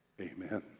Amen